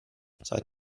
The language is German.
seit